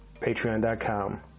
Patreon.com